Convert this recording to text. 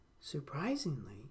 Surprisingly